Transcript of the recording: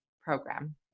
program